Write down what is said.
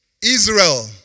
Israel